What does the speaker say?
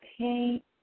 Okay